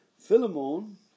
Philemon